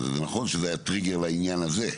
זה נכון שזה היה טריגר לעניין הזה,